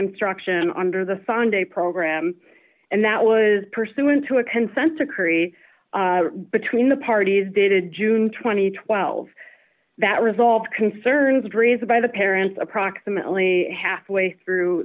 instruction under the sunday program and that was pursuant to a consent decree between the parties dated june two thousand and twelve that resolved concerns raised by the parents approximately halfway through